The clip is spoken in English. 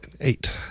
eight